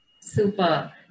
Super